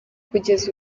kugeza